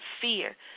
fear